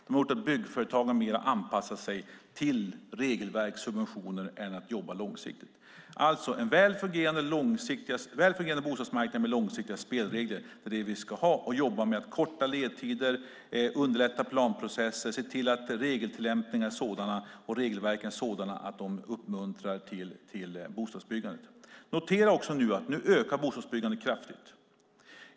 De har gjort byggföretagen mer anpassat sig till regelverk och subventioner än att jobba långsiktigt. En väl fungerande bostadsmarknad med långsiktiga spelregler är vad vi ska ha. Vi ska jobba med att korta ledtider, underlätta planprocesser och se till att regeltillämpningar och regelverken är sådana att de uppmuntrar till bostadsbyggande. Notera att bostadsbyggande nu ökar kraftigt.